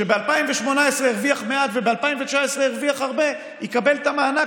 שב-2018 הרוויח מעט וב-2019 הרוויח הרבה יקבל את המענק